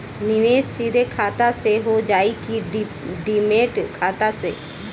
निवेश सीधे खाता से होजाई कि डिमेट खाता से?